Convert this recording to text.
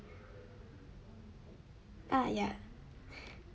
uh ya